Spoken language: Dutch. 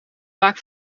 vaak